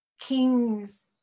kings